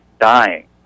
dying